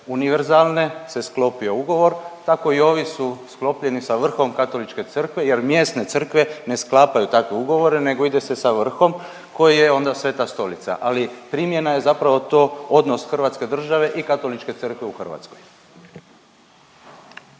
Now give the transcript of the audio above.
univerzalne se sklopio ugovor, tako i ovi su sklopljeni sa Vrhom Katoličke crkve jer mjesne crkve ne sklapaju takve ugovore nego ide se sa Vrhom koji je onda Sveta Stolica, ali primjena je zapravo to odnos hrvatske države i Katoličke crkve u Hrvatskoj.